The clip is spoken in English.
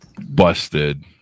Busted